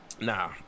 Nah